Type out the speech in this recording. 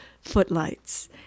footlights